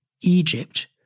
Egypt